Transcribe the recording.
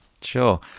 sure